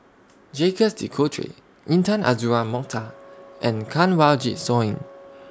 Jacques De Coutre Intan Azura Mokhtar and Kanwaljit Soin